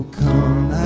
come